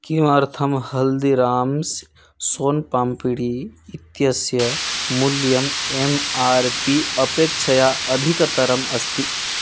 किमर्थं हल्दिराम्स् सोन् पाम्पिडी इत्यस्य मुल्यम् एम् आर् पी अपेक्षया अधिकतरम् अस्ति